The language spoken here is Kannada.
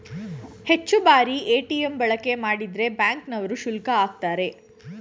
ಹೆಚ್ಚು ಬಾರಿ ಎ.ಟಿ.ಎಂ ಬಳಕೆ ಮಾಡಿದ್ರೆ ಬ್ಯಾಂಕ್ ನವರು ಶುಲ್ಕ ಆಕ್ತರೆ